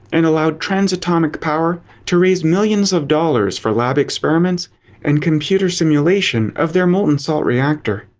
and allowed transatomic power to raise millions of dollars for lab experiments and computer simulation of their molten salt reactor.